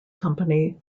company